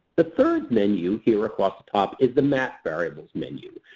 the third menu here across the top is the map variables menu.